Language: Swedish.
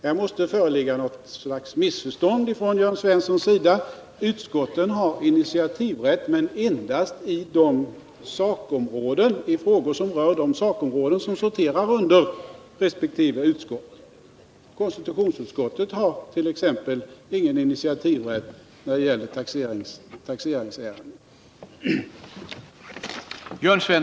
Här måste föreligga något missförstånd från Jörn Svenssons sida. Utskotten har initiativrätt men endast i frågor som rör de sakområden som sorterar under resp. utskott. Konstitutionsutskottet har t.ex. ingen initiativrätt när det gäller taxeringsärenden.